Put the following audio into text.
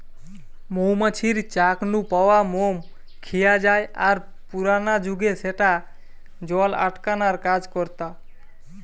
মৌ মাছির চাক নু পাওয়া মম খিয়া জায় আর পুরানা জুগে স্যাটা জল আটকানার কাজ করতা